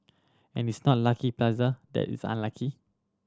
and it's not Lucky Plaza that is unlucky